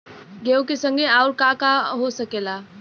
गेहूँ के संगे आऊर का का हो सकेला?